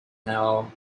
now